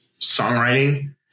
songwriting